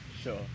Sure